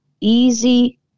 easy